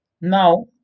Now